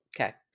okay